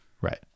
Right